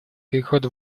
переход